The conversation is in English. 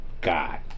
God